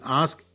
ask